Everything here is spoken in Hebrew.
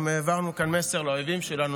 גם העברנו כאן מסר לאויבים שלנו,